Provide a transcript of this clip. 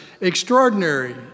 extraordinary